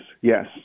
Yes